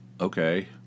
okay